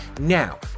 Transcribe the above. Now